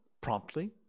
promptly